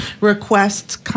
requests